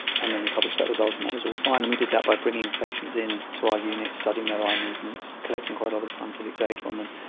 and then we published that result and that was all fine, and we did that by bringing patients in to our unit, studying their eye movements, collecting quite a lot of scientific data on them.